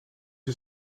het